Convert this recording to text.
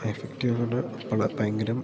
effective എന്നു പറഞ്ഞാൽ അപ്പോൾ ഭയങ്കരം